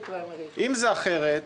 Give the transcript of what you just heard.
אם זה אחרת,